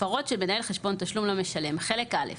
תוספת רביעית (סעיף 48(ו)) הפרות של מנהל חשבון תשלום למשלם חלק א'